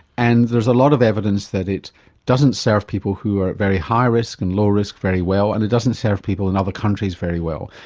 and there's a lot of evidence that it doesn't serve people who are at very high risk and low risk very well, and it doesn't serve people in other countries very well.